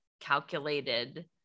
calculated